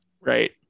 right